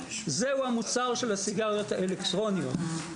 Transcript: זהו המוצר של הסיגריות האלקטרוניות.